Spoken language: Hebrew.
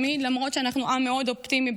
למרות שאנחנו עם מאוד אופטימי,